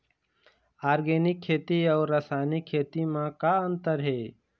Organic खेती अउ रासायनिक खेती म का अंतर हे?